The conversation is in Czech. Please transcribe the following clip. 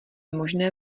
možné